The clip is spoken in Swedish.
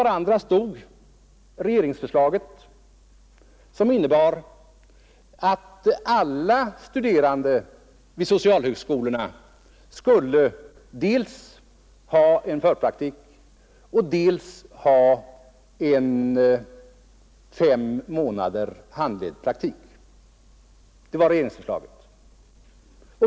Regeringsförslaget innebar att alla studerande vid socialhögskolorna skulle ha dels praktik före antagningen, dels handledd praktik om fem månader.